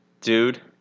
dude